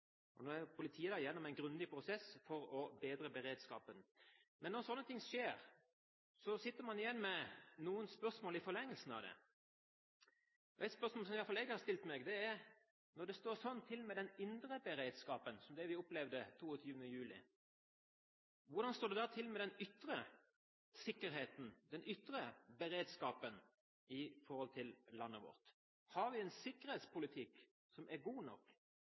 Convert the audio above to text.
ferdigheter. Nå er politiet gjennom en grundig prosess for å bedre beredskapen. Men når slike ting skjer, sitter man igjen med noen spørsmål i forlengelsen av det. Et spørsmål i hvert fall jeg har stilt meg, er: Når det sto slik til med den indre beredskapen som det vi opplevde 22. juli, hvordan står det da til med den ytre sikkerheten, den ytre beredskapen, i landet vårt? Har vi en sikkerhetspolitikk som er god nok?